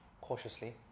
cautiously